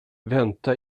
vänta